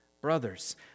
Brothers